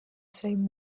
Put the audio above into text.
same